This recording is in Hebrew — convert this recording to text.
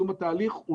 יישום התהליך.